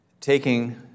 taking